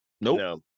Nope